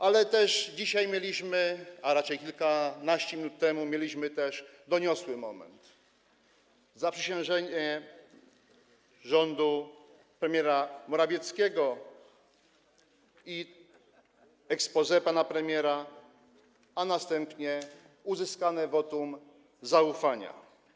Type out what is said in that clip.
Ale dzisiaj, a raczej kilkanaście minut temu, mieliśmy też doniosły moment: zaprzysiężenie rządu premiera Morawieckiego i exposé pana premiera, a następnie uzyskanie wotum zaufania.